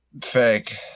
Fake